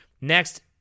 next